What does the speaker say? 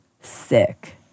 sick